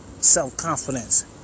self-confidence